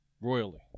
Royally